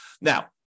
Now